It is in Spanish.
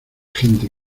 gente